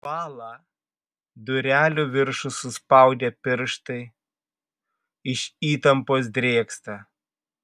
bąla durelių viršų suspaudę pirštai iš įtampos drėgsta